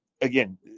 Again